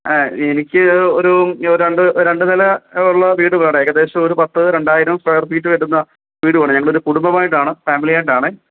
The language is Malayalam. ആ എനിക്ക് ഒരു രണ്ട് രണ്ട് നില ഉള്ള വീട് വേണം ഏകദേശം ഒരു പത്ത് രണ്ടായിരം സ്ക്വയർ ഫീറ്റ് വരുന്ന വീട് വേണം ഞങ്ങളൊരു കുടുംബമായിട്ടാണ് ഫാമിലി ആയിട്ടാണേ